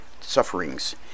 sufferings